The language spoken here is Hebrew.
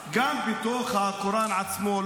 אבל גם בתוך הקוראן עצמו,